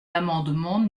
l’amendement